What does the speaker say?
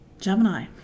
Gemini